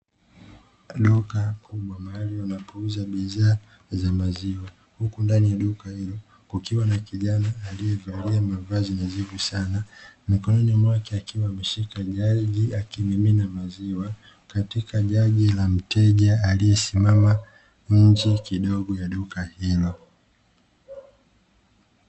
Duka kubwa mahali wanapouza bidhaa za maziwa huku ndani ya duka hilo kukiwa na kijana aliyevalia mavazi nadhifu sana mikononi mwake akiwa ameshika jagi akimimina maziwa, katika jagi la mteja aliyesimama nje kidogo ya duka hilo.